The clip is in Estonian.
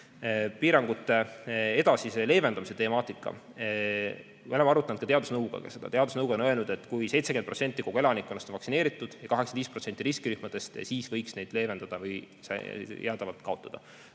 Piirangute edasise leevendamise temaatikat me oleme arutanud ka teadusnõukojaga. Teadusnõukoda on öelnud, et kui 70% kogu elanikkonnast on vaktsineeritud ja 85% riskirühmadest, siis võiks piiranguid leevendada või need jäädavalt kaotada.